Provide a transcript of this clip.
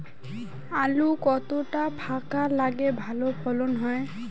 আলু কতটা ফাঁকা লাগে ভালো ফলন হয়?